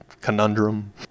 conundrum